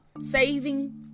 saving